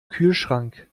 kühlschrank